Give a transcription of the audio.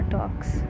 Talks